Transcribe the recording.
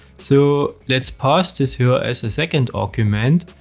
so let's pass this here as a second argument,